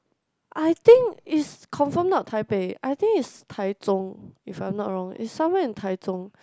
I think is confirm not Taipei I think is Taichung if I'm not wrong is somewhere in Taichung